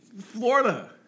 florida